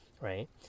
right